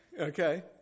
Okay